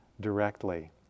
directly